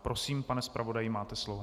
Prosím, pane zpravodaji, máte slovo.